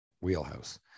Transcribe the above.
wheelhouse